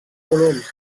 volums